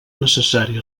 necessari